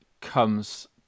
comes